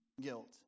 guilt